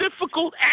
difficult